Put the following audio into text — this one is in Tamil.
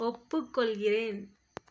ஒப்புக்கொள்கிறேன்